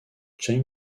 james